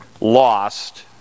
lost